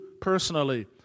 personally